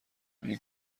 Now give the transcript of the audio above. این